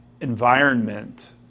environment